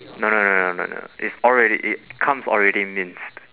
no no no no no no it's alread~ it comes already minced